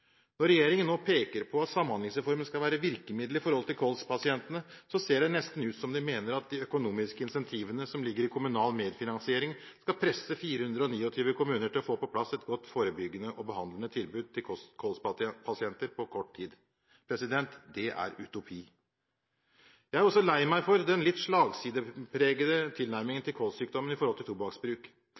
Når regjeringen nå peker på at Samhandlingsreformen skal være virkemiddelet overfor kolspasientene, ser det nesten ut til at de mener at de økonomiske insentivene som ligger i kommunal medfinansiering, skal presse 429 kommuner til å få på plass et godt, forebyggende og behandlende tilbud til kolspasienter på kort tid. Det er utopi! Jeg er også lei meg for den litt slagsidepregede tilnærmingen til kolssykdommen knyttet opp mot tobakksbruk.